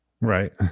Right